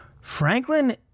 Franklin